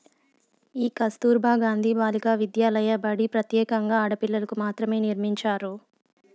ఈ కస్తుర్బా గాంధీ బాలికా విద్యాలయ బడి ప్రత్యేకంగా ఆడపిల్లలకు మాత్రమే నిర్మించారు